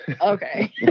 okay